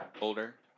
older